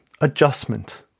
adjustment